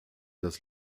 das